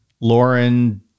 Lauren